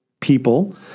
people